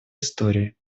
истории